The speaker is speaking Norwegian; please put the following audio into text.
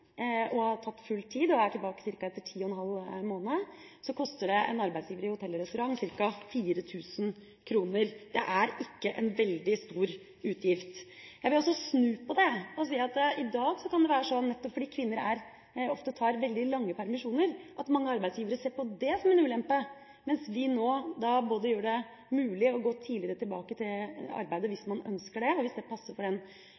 har tatt full tid og er tilbake etter ca. ti og en halv måned, koster det en arbeidsgiver i hotell- og restaurantbransjen ca. 4 000 kr. Det er ikke en veldig stor utgift. Jeg vil også snu på det og si at det i dag, nettopp fordi kvinner ofte tar veldig lange permisjoner, kan være sånn at mange arbeidsgivere ser på dét som en ulempe, mens vi nå gjør det mulig både å gå tidligere tilbake til arbeidet hvis man ønsker det, og hvis det passer for